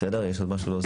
יש עוד משהו להוסיף?